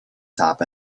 top